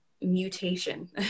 Mutation